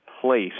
place